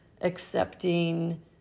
accepting